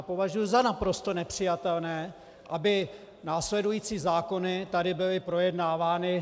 Považuju za naprosto nepřijatelné, aby následující zákony tady byly projednávány.